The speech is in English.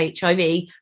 HIV